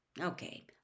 Okay